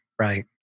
right